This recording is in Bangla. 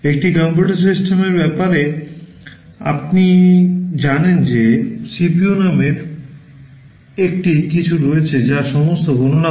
একটি কম্পিউটার সিস্টেমের ব্যাপারে আপনি জানেন যে CPU নামে একটি কিছু রয়েছে যা সমস্ত গণনা করে